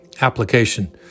Application